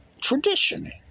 Tradition